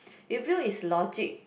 you feel is logic